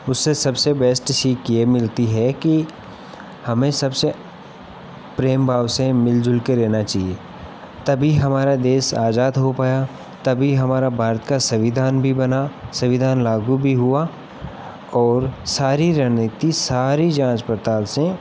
उससे सबसे बेस्ट सीख ये मिलती है कि हमें सबसे प्रेमभाव से मिलजुल कर रहना चाहिए तभी हमारा देश आजाद हो पाया तभी हमारा भारत का सविधान भी बना संविधान लागू भी हुआ और सारी रणनीति सारी जाँच पड़ताल से